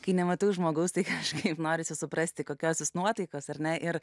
kai nematau žmogaus tai kažkaip norisi suprasti kokios nuotaikos ar na ir